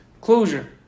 closure